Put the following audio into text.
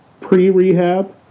pre-Rehab